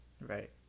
Right